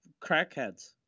crackheads